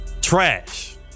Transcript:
Trash